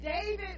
David